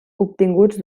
obtinguts